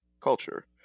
culture